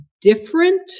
different